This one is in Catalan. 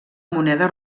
moneda